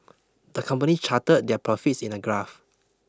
the company charted their profits in a graph